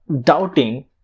doubting